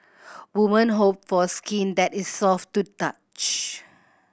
women hope for skin that is soft to touch